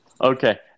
Okay